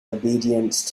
obedience